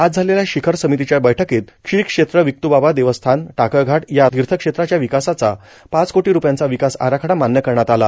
आज झालेल्या शिखर समितीच्या बैठकीत श्रीक्षेत्र विक्तुबाबा देवस्थान टाकळघाट या तीर्थक्षेत्राच्या विकासाचा पाच कोटी रुपयांचा विकास आराखडा मान्य करण्यात आला